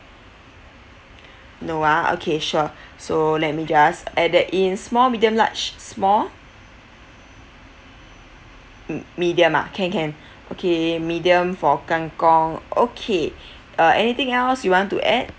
no ah okay sure so let me just added in small medium large small m~ medium ah can can okay medium for kangkong okay uh anything else you want to add